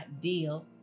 deal